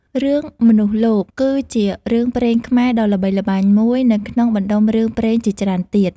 រឿង មនុស្សលោភ គឺជារឿងព្រេងខ្មែរដ៏ល្បីល្បាញមួយនៅក្នុងបណ្ដុំរឿងព្រេងជាច្រើនទៀត។